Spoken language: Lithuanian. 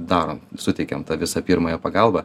darom suteikiam visą pirmąją pagalbą